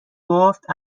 گفت